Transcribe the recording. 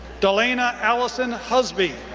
delana allison husby,